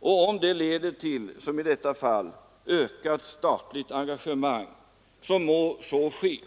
och om det — som i detta fall — leder till ökat statligt engagemang, då må så ske.